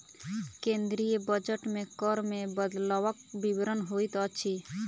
केंद्रीय बजट मे कर मे बदलवक विवरण होइत अछि